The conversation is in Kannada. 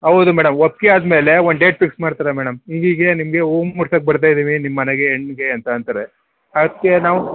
ಹೌದು ಮೇಡಮ್ ಒಪ್ಪಿಗೆ ಆದ ಮೇಲೆ ಒಂದು ಡೇಟ್ ಫಿಕ್ಸ್ ಮಾಡ್ತಾರೆ ಮೇಡಮ್ ಹಿಂಗೆ ಹೀಗೆ ನಿನಗೆ ಹೂ ಮುಡ್ಸಕ್ಕೆ ಬರ್ತಾ ಇದ್ದೀವಿ ನಿಮ್ಮ ಮನೆಗೆ ನಿನಗೆ ಅಂತ ಅಂತಾರೆ ಅದಕ್ಕೆ ನಾವು